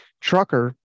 trucker